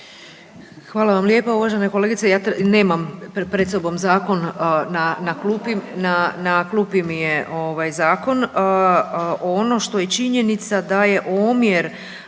Hvala vam lijepo uvažena kolegice. Ja nemam pred sobom zakon na klupi, na klupi mi je Zakon. Ono što je činjenica da je omjer